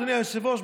אדוני היושב-ראש,